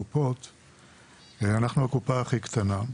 אנחנו הקופה הכי קטנה.